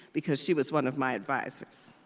because she was one of my advisors.